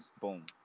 boom